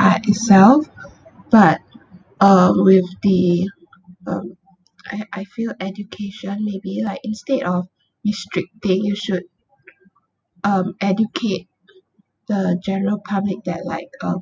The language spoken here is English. art itself but uh with the um I I feel education maybe like instead of restricting you should um educate the general public that like um